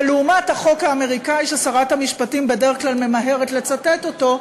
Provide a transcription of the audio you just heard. ולעומת החוק האמריקני ששרת המשפטים בדרך כלל ממהרת לצטט אותו,